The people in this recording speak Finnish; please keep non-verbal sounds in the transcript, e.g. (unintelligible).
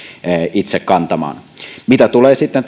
itse kantamaan mitä tulee sitten (unintelligible)